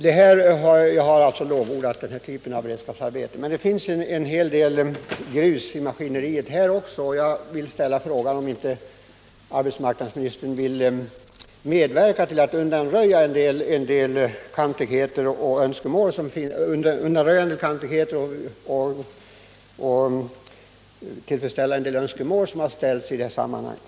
Jag har lovordat denna typ av beredskapsarbete, men det finns en hel del grus i maskineriet också i detta sammanhang, och jag vill ställa frågan om inte arbetsmarknadsministern vill medverka till att undanröja en del byråkati och kantigheter och till att tillfredsställa en del önskemål som har framställts i detta sammanhang.